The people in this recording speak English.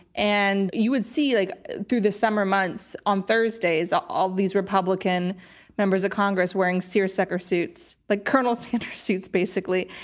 and you would see like through the summer months on thursdays all these republican members of congress wearing seersucker suits, like colonel sanders suits, basically.